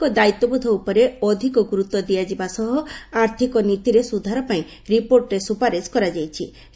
ଆର୍ଥିକ ଦାୟିତ୍ୱବୋଧ ଉପରେ ଅଧିକ ଗୁରୁତ୍ୱ ଦିଆଯିବା ସହ ଆର୍ଥକ ନୀତିରେ ସୁଧାର ପାଇଁ ରିପୋର୍ଟରେ ସୁପାରିସ୍ କରାଯାଇଛି